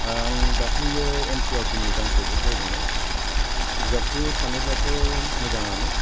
आं दाखलि N C E R T नि गांसे बुक बायदोंमोन बिजाबखौ सानोब्लाथ' मोजाङानो